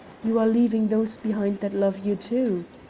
you are leaving those behind that love you too.